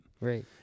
Right